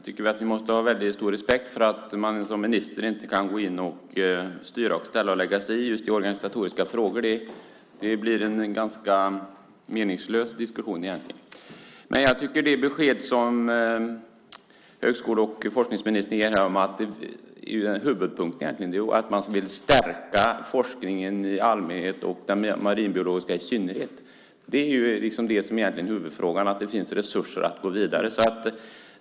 Fru talman! Vi måste ha stor respekt för att man som minister inte kan gå in och styra och ställa och lägga sig i organisatoriska frågor. Det blir en ganska meningslös diskussion. Det besked som högskole och forskningsministern ger är att man vill stärka forskningen i allmänhet och den marinbiologiska forskningen i synnerhet. Huvudsaken är att det finns resurser att gå vidare.